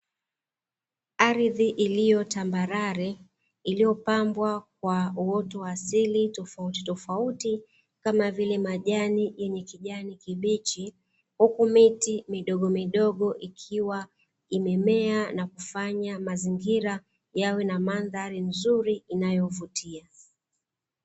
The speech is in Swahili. Ardhi iliyo tambarale iliyopambwa kwa uoto wa asili tofauti tofauti kama vile: majani yenye kijani kibichi huku miti midogo midogo ikiwa imemea na kufanya mazingira yawe na mandhari nzuri inayovutia.